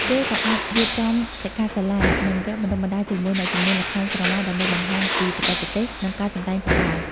គេក៏អាចរៀបចំសិក្ខាសាលា និងវគ្គបណ្តុះបណ្តាលជាមួយអ្នកជំនាញល្ខោនស្រមោល ដើម្បីបង្ហាញពីបច្ចេកទេស និងការសម្តែងផងដែរ។